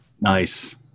nice